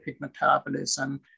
metabolism